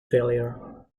failure